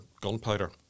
gunpowder